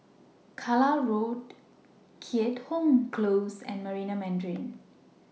Carlisle Road Keat Hong Close and Marina Mandarin